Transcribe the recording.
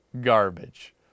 garbage